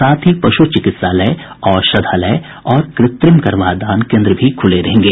साथ ही पशु चिकित्सालय औषधालय और कृत्रिम गर्भाधान केन्द्र भी खुले रहेंगे